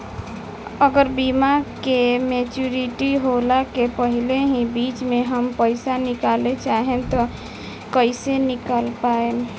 अगर बीमा के मेचूरिटि होला के पहिले ही बीच मे हम पईसा निकाले चाहेम त कइसे निकाल पायेम?